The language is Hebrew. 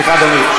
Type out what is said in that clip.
סליחה, אדוני.